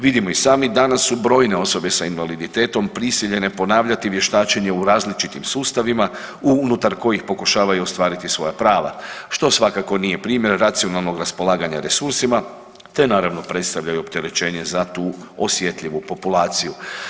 Vidimo i sami danas su brojne osobe sa invaliditetom prisiljene ponavljati vještačenje u različitim sustavima unutar kojih pokušavaju ostvariti svoja prava što svakako nije primjer racionalnog raspolaganja resursima te naravno predstavljaju opterećenje za tu osjetljivu populaciju.